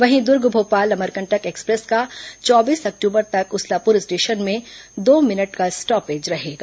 वहीं दुर्ग भोपाल अमरकंटक ् एक्सप्रेस का चौबीस अक्टूबर तक उसलापुर स्टेशन में दो मिनट का स्टॉपेज रहेगा